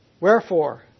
Wherefore